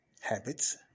habits